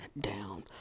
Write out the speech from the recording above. down